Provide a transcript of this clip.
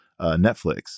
Netflix